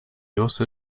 also